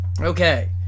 Okay